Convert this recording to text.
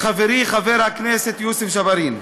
חברי חבר הכנסת יוסף ג'בארין.